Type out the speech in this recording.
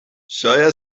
شاید